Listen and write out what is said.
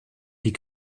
die